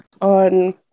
on